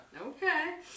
Okay